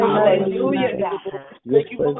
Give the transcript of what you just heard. Hallelujah